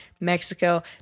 Mexico